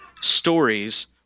stories